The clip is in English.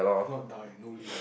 if not die no leave